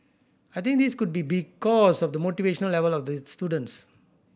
I think this could be because of the motivation level of the students